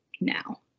now